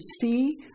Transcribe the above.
see